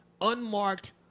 unmarked